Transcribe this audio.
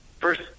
first